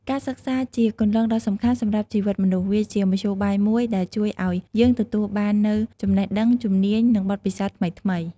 ការសិក្សាជាគន្លងដ៏សំខាន់សម្រាប់ជីវិតមនុស្ស វាជាមធ្យោបាយមួយដែលជួយឲ្យយើងទទួលបាននូវចំណេះដឹង ជំនាញ និងបទពិសោធន៍ថ្មីៗ។